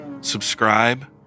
subscribe